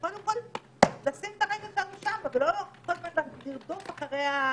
וקודם כול לשים את הרגל שלנו שם ולא כל הזמן לרדוף אחרי הגנבים.